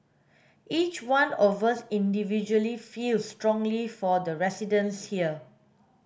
each one of us individually feels strongly for the residents here